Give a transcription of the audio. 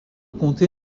comté